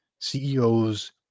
CEOs